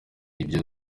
ibyo